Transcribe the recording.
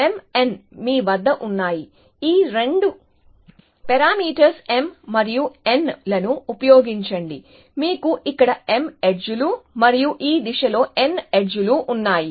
mn మీ వద్ద ఉన్నాయి ఈ రెండు పారామీటర్స్ m మరియు n లను ఉపయోగించండి మీకు ఇక్కడ m ఎడ్జ్ లు మరియు ఈ దిశలో n ఎడ్జ్ లు ఉన్నాయి